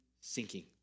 sinking